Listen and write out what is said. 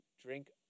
drink